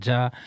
Jah